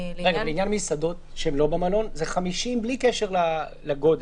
לעניין מסעדות שהן לא במלון, זה 50 בלי קשר לגודל.